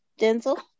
Denzel